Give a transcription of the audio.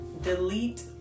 delete